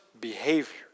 behavior